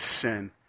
sin